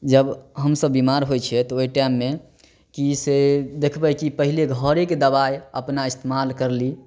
जब हमसब बीमार होइ छियै तऽ ओहि टाइममे की से देखबै की पहिले घरेके दबाइ अपना इस्तेमाल करली